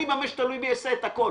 אני במה שתלוי בי אעשה את הכול.